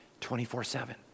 24-7